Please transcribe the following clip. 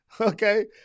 Okay